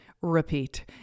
repeat